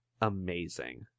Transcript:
amazing